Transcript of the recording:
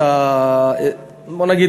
בוא נגיד,